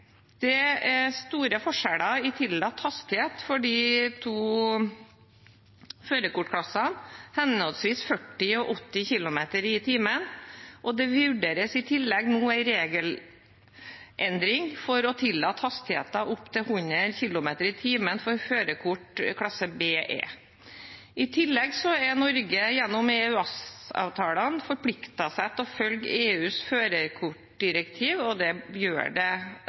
Det er store forskjeller i tillatt hastighet for de to førerkortklassene, henholdsvis 40 og 80 km/t. Det vurderes i tillegg nå en regelendring for å tillate hastigheter opp til 100 km/t for førerkort i klasse BE. I tillegg har Norge gjennom EØS-avtalen forpliktet seg til å følge EUs førerkortdirektiv, og det gjør det